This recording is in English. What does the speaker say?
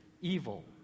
evil